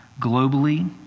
globally